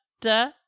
da